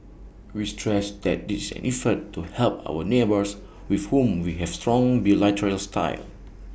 we stress that this any effort to help our neighbours with whom we have strong bilateral ties